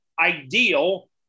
ideal